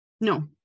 No